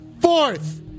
Fourth